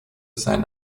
sein